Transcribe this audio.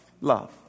love